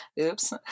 oops